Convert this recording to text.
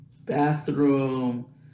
bathroom